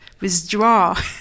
withdraw